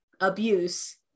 abuse